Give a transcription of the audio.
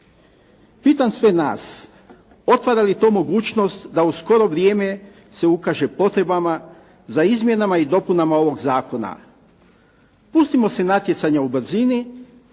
Pitam sve nas, otvara li to mogućnost da u skoro vrijeme se ukaže potrebama za izmjenama i dopunama ovog zakona? Pustimo se natjecanja u brzini